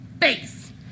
face